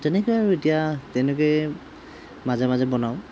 তেনেকেই আৰু এতিয়া তেনেকেই মাজে মাজে বনাওঁ